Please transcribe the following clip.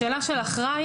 השאלה של אחראי,